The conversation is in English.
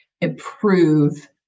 improve